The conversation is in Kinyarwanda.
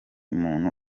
muntu